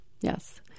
Yes